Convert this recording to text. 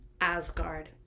Asgard